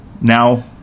Now